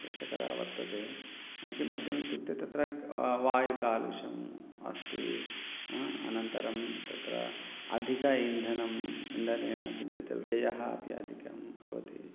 क्लेशकरा वर्तते किमर्थमित्युक्ते वायुकालुषम् अस्ति अनन्तरं तत्र अधिकम् इन्धनम् इन्धनेन एतत् व्ययः अपि अधिकं भवति